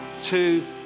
two